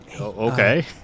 Okay